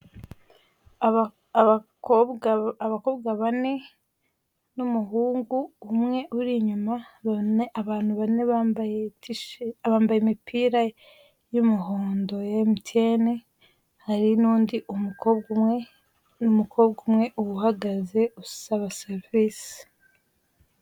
Abakobwa bane n'umuhungu umwe uri inyuma, abantu bane bambaye imipira y'umuhondo ya emutiyene, hari n'undi umukobwa umwe, umukobwa umwe uhagaze usaba serivise